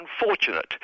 unfortunate